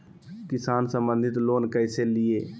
किसान संबंधित लोन कैसै लिये?